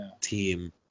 team